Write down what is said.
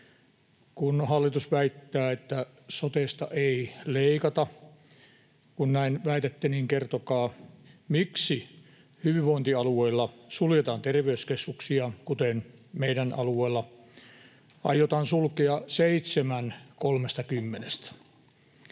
Hallitus väittää, että sotesta ei leikata — kun näin väitätte, niin kertokaa, miksi hyvinvointialueilla suljetaan terveyskeskuksia, kuten meidän alueella aiotaan sulkea seitsemän 30:stä. Entä